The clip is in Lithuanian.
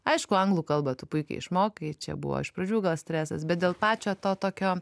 aišku anglų kalbą tu puikiai išmokai čia buvo iš pradžių gal stresas bet dėl pačio to tokio